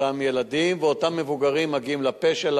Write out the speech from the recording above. אותם ילדים ואותם מבוגרים מגיעים לפשע,